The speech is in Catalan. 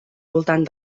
voltant